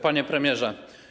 Panie Premierze!